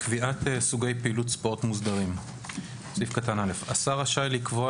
"קביעת סוגי פעילות ספורט מוסדרים 2א. (א)השר רשאי לקבוע,